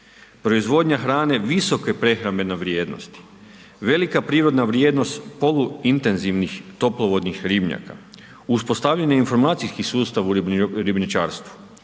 proizvodnja hrane visoke prehrambene vrijednosti, velika prirodna vrijednost poluintenzivnih toplovodnih ribnjaka, uspostavljen je informacijski sustav u ribničarstvu,